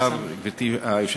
אדוני סגן השר, גברתי היושבת-ראש,